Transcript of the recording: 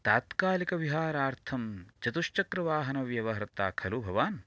तात्कालिकविहारार्थं चतुश्चक्रवाहनव्यवहर्था खलु भवान्